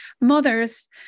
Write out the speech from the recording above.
mothers